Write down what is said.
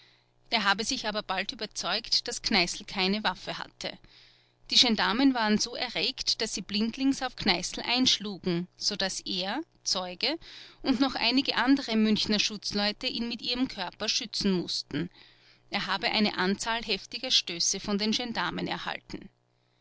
er habe sich aber bald überzeugt daß kneißl keine waffe hatte die gendarmen waren so erregt daß sie blindlings auf kneißl einschlugen so daß er zeuge und noch einige andere münchener schutzleute ihn mit ihrem körper schützen mußten er habe eine anzahl heftiger stöße von den gendarmen erhalten